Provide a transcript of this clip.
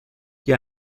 gli